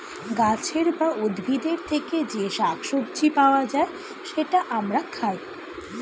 গাছের বা উদ্ভিদের থেকে যে শাক সবজি পাওয়া যায়, সেটা আমরা খাই